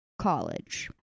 college